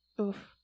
Oof